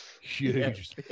huge